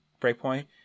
Breakpoint